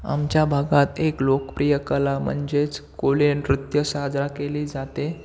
आमच्या भागात एक लोकप्रिय कला म्हणजेच कोळी नृत्य साजरा केली जाते